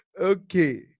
Okay